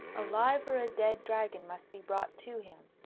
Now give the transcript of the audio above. a live or a dead dragon must be brought to him.